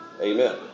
Amen